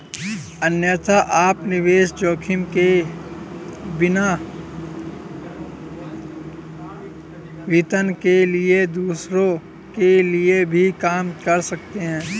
अन्यथा, आप निवेश जोखिम के बिना, वेतन के लिए दूसरों के लिए भी काम कर सकते हैं